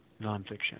nonfiction